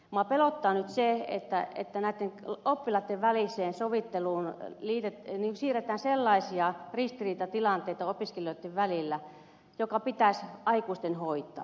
minua pelottaa nyt se että näitten oppilaitten väliseen sovitteluun siirretään sellaisia ristiriitatilanteita opiskelijoitten välillä jotka pitäisi aikuisten hoitaa